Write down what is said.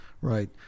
right